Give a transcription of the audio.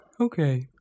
Okay